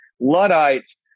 Luddites